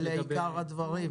אלה עיקר הדברים?